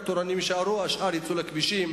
רק תורנים יישארו, והשאר יצאו לכבישים.